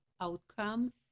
outcome